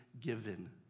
given